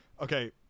Okay